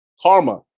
Karma